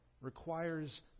requires